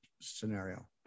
scenario